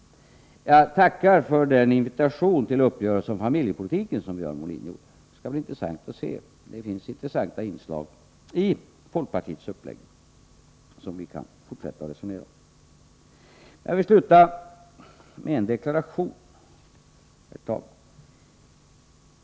Jag tackar för invitationen till uppgörelse om familjepolitiken från Björn Molin. Det finns intressanta inslag i folkpartiets uppläggning, som vi kan fortsätta att resonera om. Herr talman! Jag vill sluta med en deklaration.